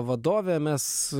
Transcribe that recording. vadovė mes